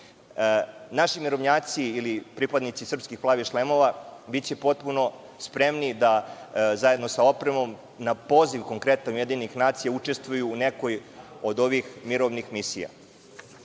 Naši mirovnjaci ili pripadnici srpskih „plavih šlemova“, biće potpuno spremni da, zajedno sa opremom, na poziv konkretno UN, učestvuju u nekoj od ovih mirovnih misija.